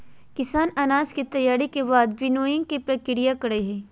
किसान अनाज के तैयारी के बाद विनोइंग के प्रक्रिया करई हई